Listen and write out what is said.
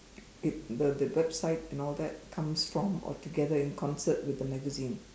get the the website and all that comes from or together in concert with the magazine